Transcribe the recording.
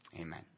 Amen